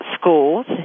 schools